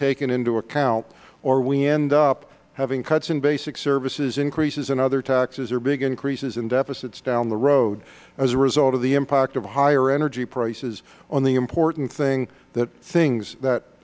taken into account or we end up having cuts in basic services increases in other taxes or big increases in deficits down the road as a result of the impact of higher energy prices on the important things th